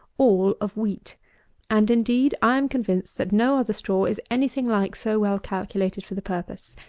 all of wheat and, indeed, i am convinced that no other straw is any-thing like so well calculated for the purpose.